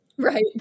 Right